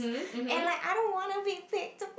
and like I don't wanna be picked